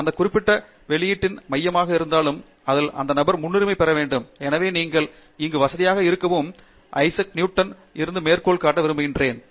அந்த குறிப்பிட்ட வெளியீட்டின் மையமாக இருந்ததாலும் அதனால் அந்த நபர் முன்னுரிமை பெற வேண்டும் எனவே நீங்கள் இங்கு வசதியாக இருக்கவும் ஐசக் நியூட்டனில் இருந்து மேற்கோள் காட்டவும் விரும்புகிறீர்கள்